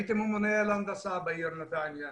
הייתי ממונה על ההנדסה בעיר נתניה.